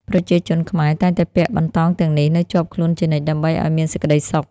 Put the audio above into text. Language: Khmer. ប្រជាជនខ្មែរតែងតែពាក់បន្តោងទាំងនេះ នៅជាប់ខ្លួនជានិច្ច ដើម្បីឱ្យមានសេចក្ដីសុខ។